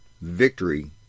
victory